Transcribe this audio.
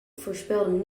voorspelden